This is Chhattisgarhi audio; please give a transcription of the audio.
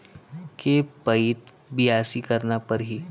के पइत बियासी करना परहि?